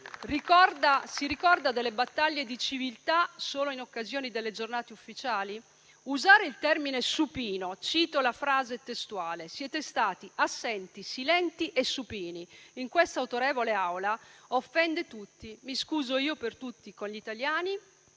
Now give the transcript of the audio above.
si ricorda delle battaglie di civiltà solo in occasione delle giornate ufficiali? Usare il termine "supino" - cito la frase testuale: "siete stati assenti, silenti e supini" - in questa autorevole Aula offende tutti. Mi scuso io per tutti con gli italiani,